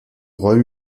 royaume